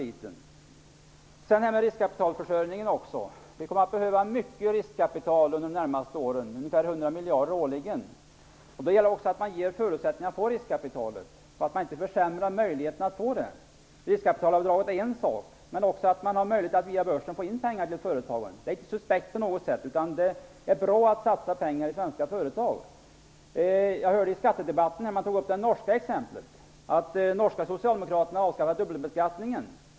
Sedan har vi detta med riskkapitalförsörjningen. Vi kommer att behöva mycket riskkapital under de närmaste åren, ungefär 100 miljader årligen. Då gäller det också att man ger förutsättningar för riskkapitalet och att man inte försämrar möjligheterna att få det. Riskkapitalavdraget är en sak, men det gäller också att man har möjlighet att via börsen få in pengar till företagen. Det är inte på något sätt suspekt. Det är bra att satsa pengar i svenska företag. Jag hörde att man tog upp det norska exemplet i skattedebatten. De norska socialdemokraterna har avskaffat dubbelbeskattning.